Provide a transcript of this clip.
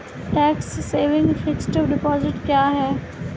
Tax saving fixed deposit क्या है?